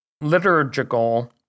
liturgical